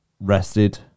rested